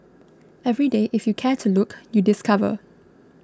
every day if you care to look you discover